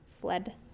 fled